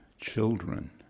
children